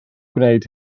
gwneud